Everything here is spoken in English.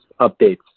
updates